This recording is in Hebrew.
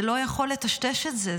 זה לא יכול לטשטש את זה,